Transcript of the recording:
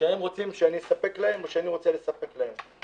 שהם רוצים שאני אספק להם או שאני רוצה לספק להם.